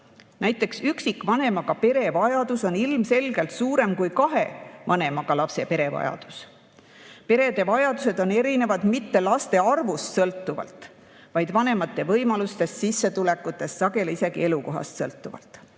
Näiteks on üksikvanemaga pere vajadus ilmselgelt suurem kui kahe vanemaga lapse ja pere vajadus. Perede vajadused on erinevad mitte laste arvust sõltuvalt, vaid vanemate võimalustest, sissetulekutest, sageli isegi elukohast sõltuvalt.